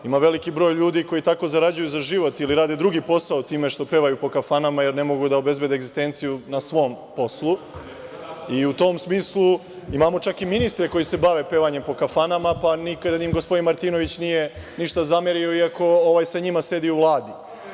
Ima veliki broj ljudi koji tako zarađuju za život ili rade drugi posao time što pevaju po kafanama, jer ne mogu da obezbede egzistenciju na svom poslu, i, u tom smislu, imamo čak i ministre koji se bave pevanjem po kafanama, pa nikada im gospodin Martinović ništa nije zamerio, iako sa njima sedi u Vladi.